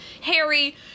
Harry